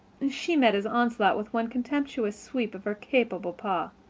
she met his onslaught with one contemptuous sweep of her capable paw.